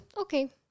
Okay